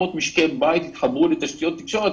700 משקי בית התחברו לתשתיות תקשורת,